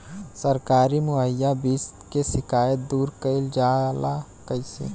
सरकारी मुहैया बीज के शिकायत दूर कईल जाला कईसे?